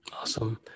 Awesome